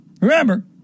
Remember